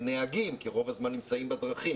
נהגים כי הם רוב הזמן נמצאים בדרכים.